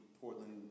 Portland